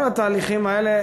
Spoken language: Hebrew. כל התהליכים האלה,